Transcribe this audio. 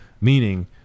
Meaning